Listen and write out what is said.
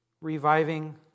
reviving